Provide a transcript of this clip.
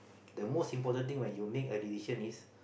the most important thing when you make a decision is